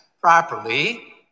properly